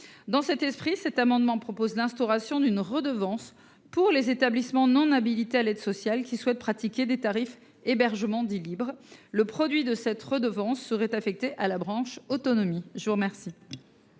Dans cet esprit, cet amendement vise à instaurer une redevance pour les établissements non habilités à l’aide sociale qui souhaitent pratiquer des tarifs d’hébergement dits libres. Le produit de cette redevance serait affecté à la branche autonomie.